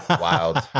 wild